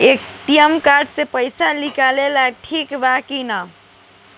ATM card से पईसा निकालल ठीक बा की ना?